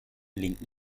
linken